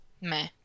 Meh